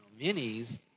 minis